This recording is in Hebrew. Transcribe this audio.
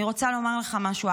אני רוצה לומר לך משהו.